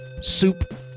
soup